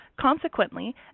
Consequently